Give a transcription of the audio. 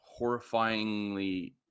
horrifyingly